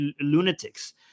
lunatics